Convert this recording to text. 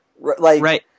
Right